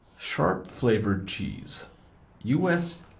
sharp-flavored cheese u s.